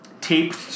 taped